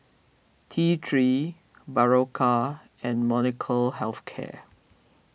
T three Berocca and Molnylcke Health Care